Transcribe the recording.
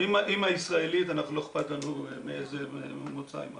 אם האימא ישראלית, לא אכפת לנו מאיזה מוצא היא.